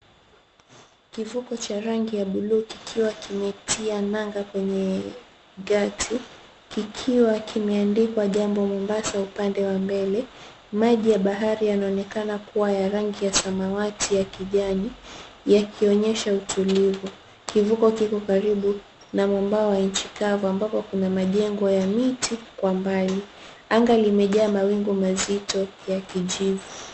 Kivuko cha rangi ya buluu kikiwa kimetia nanga kwenye gati kikiwa kimeandikwa jambo Mombasa upande wa mbele. Maji ya bahari yanaonekana kuwa ya rangi ya samawati ya kijani, yakionyesha utulivu. Kivuko kiko karibu na mwamba wa nchi kavu ambapo kuna majengo ya miti kwa mbali. Anga limejaa mawingu mazito ya kijivu.